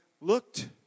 looked